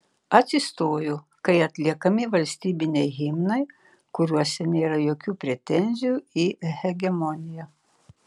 atsistoju kai atliekami valstybiniai himnai kuriuose nėra jokių pretenzijų į hegemoniją